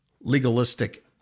legalistic